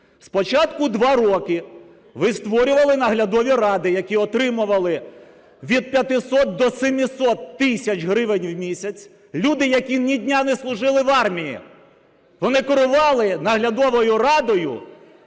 Спочатку два роки ви створювали наглядові ради, які отримували від 500 до 700 тисяч гривень в місяць – люди, які ні дня не служили в армії, вони керували наглядовою радою